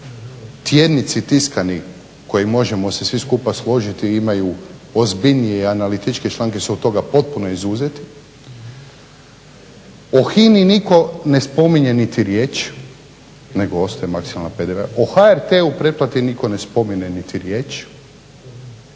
tjednici tiskani koji možemo se svi skupa složiti imaju ozbiljnije i analitičkije članke su od toga potpuno izuzeti. O HINA-i nitko ne spominje niti riječ, nego ostaje maksimalni PDV. O HRT-u pretplati nitko ne spomene niti riječ